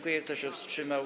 Kto się wstrzymał?